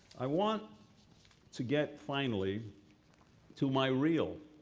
i want to get finally to my real,